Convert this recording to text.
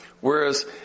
Whereas